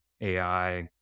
AI